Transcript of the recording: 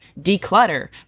Declutter